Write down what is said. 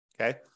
okay